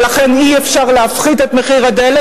ולכן אי-אפשר להפחית את מחיר הדלק,